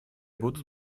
будут